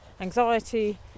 anxiety